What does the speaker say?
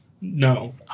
No